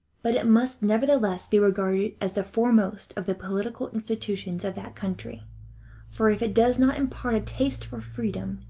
but it must nevertheless be regarded as the foremost of the political institutions of that country for if it does not impart a taste for freedom,